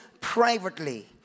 privately